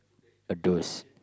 a dose